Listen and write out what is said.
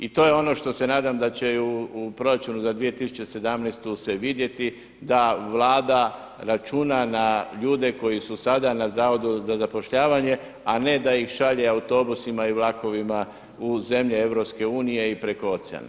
I to je ono što se nadam da će u proračunu za 2017. se vidjeti da Vlada računa na ljude koji su sada na Zavodu za zapošljavanje, a ne da ih šalje autobusima i vlakovima u zemlje EU i preko oceana.